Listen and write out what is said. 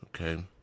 okay